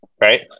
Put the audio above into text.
Right